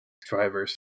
drivers